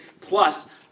plus